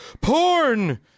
PORN